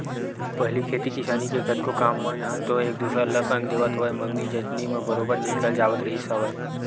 पहिली खेती किसानी के कतको काम मन ह तो एक दूसर ल संग देवत होवय मंगनी जचनी म बरोबर निकल जावत रिहिस हवय